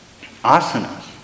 asanas